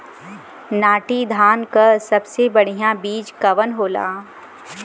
नाटी धान क सबसे बढ़िया बीज कवन होला?